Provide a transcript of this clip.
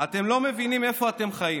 "אינכם מבינים איפה אתם חיים.